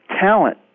talent